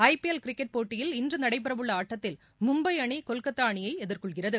IPL cricket போட்டியில் இன்று நடைபெறவுள்ள ஆட்டத்தில் மும்பை அணி கொல்கத்தா அணியை எதிர்கொள்கிறது